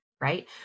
right